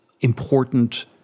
important